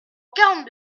quarante